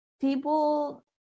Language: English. people